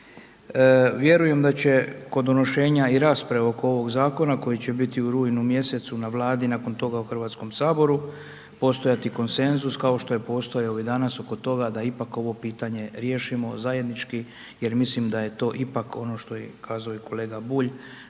Vjerujem da će kod donošenja i rasprave oko ovog zakona koji će biti u rujnu mjesecu na Vladi, nakon toga u Hrvatskom saboru, postojati konsenzus kao što je postajao i danas oko toga da ipak ovo pitanje riješimo zajednički jer mislim da je to ipak ono što je i kazuje kolega Bulj,